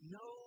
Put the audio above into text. no